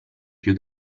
più